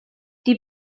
die